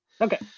Okay